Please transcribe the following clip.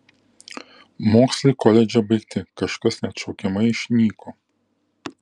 mokslai koledže baigti kažkas neatšaukiamai išnyko